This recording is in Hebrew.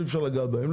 אי אפשר לגעת בהם.